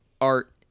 art